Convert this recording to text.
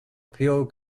puyo